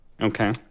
Okay